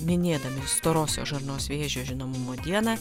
minėdami storosios žarnos vėžio žinomumo dieną